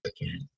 again